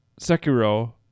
Sekiro